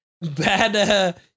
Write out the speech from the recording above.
bad